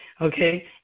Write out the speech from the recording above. Okay